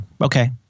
Okay